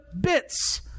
bits